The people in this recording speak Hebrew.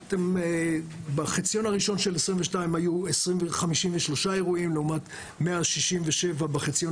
בחציון הראשון של 2022 היו 53 אירועים לעומת 167 בחציון